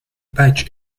patch